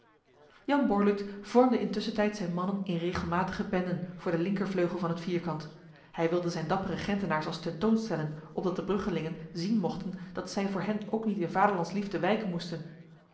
jan borluut vormde intussentijd zijn mannen in regelmatige benden voor de linkervleugel van het vierkant hij wilde zijn dappere gentenaars als tentoonstellen opdat de bruggelingen zien mochten dat zij voor hen ook niet in vaderlandsliefde wijken moesten